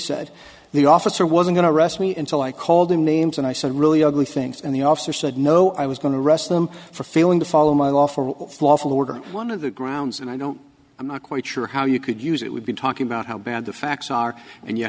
said the officer was going to arrest me and so i called him names and i said really ugly things and the officer said no i was going to arrest them for failing to follow my lawful lawful order one of the grounds and i don't i'm not quite sure how you could use it we've been talking about how bad the facts are and you know